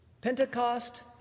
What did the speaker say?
Pentecost